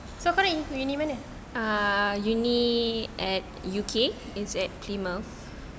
so sekarang you uni mana